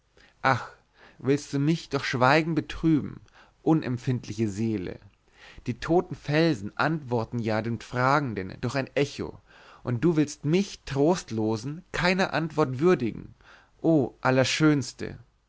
willst du mich durch schweigen betrüben unempfindliche seele die toten felsen antworten ja den fragenden durch ein echo und du willst mich trostlosen keiner antwort würdigen o allerschönste